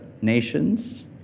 nations